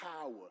power